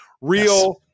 real